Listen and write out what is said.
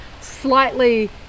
slightly